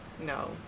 No